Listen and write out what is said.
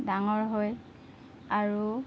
ডাঙৰ হয় আৰু